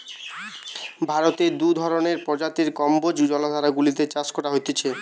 ভারতে দু ধরণের প্রজাতির কম্বোজ জলাধার গুলাতে চাষ করা হতিছে